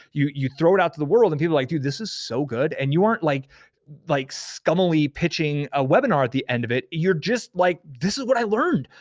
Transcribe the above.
you you throw it out to the world, and people are like, dude this is so good, and you aren't like like scummily pitching a webinar at the end of it. you're just like, this is what i learned,